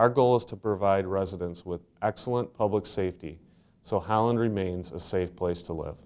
our goal is to provide residents with excellent public safety so holland remains a safe place to live